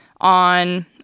on